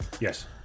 Yes